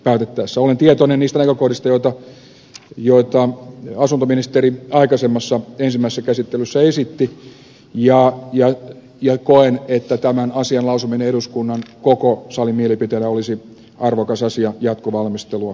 olen tietoinen niistä näkökohdista joita asuntoministeri ensimmäisessä käsittelyssä esitti ja koen että tämän asian lausuminen eduskunnan koko salin mielipiteenä olisi arvokas asia jatkovalmistelua ajatellen